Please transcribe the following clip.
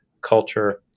culture